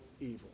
evil